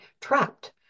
trapped